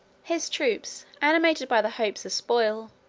his troops, animated by the hopes of spoil,